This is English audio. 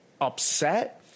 upset